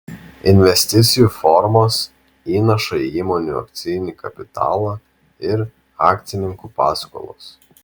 investicijų formos įnašai į įmonių akcinį kapitalą ir akcininkų paskolos